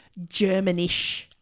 Germanish